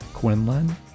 Quinlan